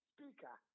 Speaker